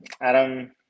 Adam